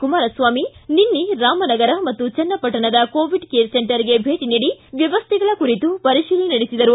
ಕುಮಾರಸ್ವಾಮಿ ನಿನ್ನೆ ರಾಮನಗರ ಮತ್ತು ಚನ್ನಪಟ್ಟಣದ ಕೋವಿಡ್ ಕೇರ್ ಸೆಂಟರ್ಗೆ ಭೇಟಿ ನೀಡಿ ವ್ಯವಸ್ವೆಗಳ ಕುರಿತು ಪರಿಶೀಲನೆ ನಡೆಸಿದರು